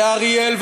ואריאל,